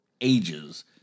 ages